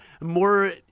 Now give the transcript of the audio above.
more